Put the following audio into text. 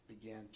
began